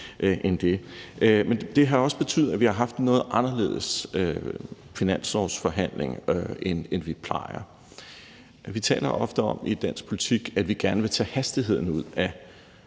end det her. Men det har også betydet, at vi har haft en noget anderledes finanslovsforhandling, end vi plejer at have. Vi taler ofte om i dansk politik, at vi gerne vil tage hastigheden ud af